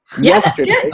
yesterday